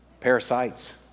Parasites